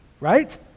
right